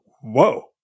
whoa